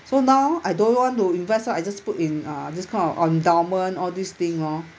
so now I don't want to invest ah I just put in uh this kind of endowment all this thing orh